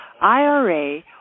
IRA